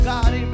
God